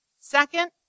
Second